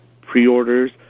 pre-orders